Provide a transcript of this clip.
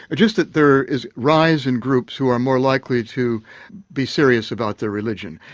ah just that there is rising groups who are more likely to be serious about their religion.